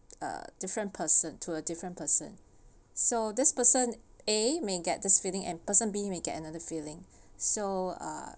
uh different person to a different person so this person a may get this feeling and person B may get another feeling so uh